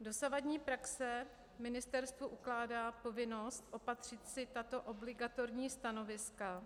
Dosavadní praxe ministerstvu ukládá povinnost opatřit si tato obligatorní stanoviska,